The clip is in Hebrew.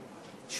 שמולי.